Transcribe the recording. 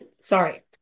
sorry